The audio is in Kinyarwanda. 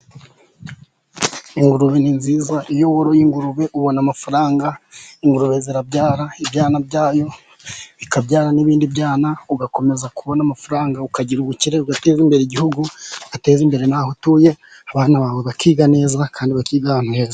Ingurube ni nziza, iyo woroye ingurube, ubona amafaranga, ingurube zirabyara, ibyana byayo bikabyara n'ibindi byana, ugakomeza kubona amafaranga, ukagira ubukire, ugateza imbere igihugu, ugateza imbere n'aho utuye, abana bawe bakiga neza, bakiga ahantu heza.